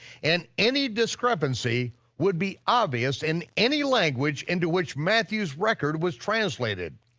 and any discrepancy would be obvious in any language into which matthew's record was translated.